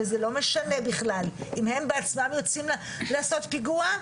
וזה לא משנה בכלל אם הם בעצמם יוצאים לעשות פיגוע,